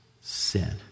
sin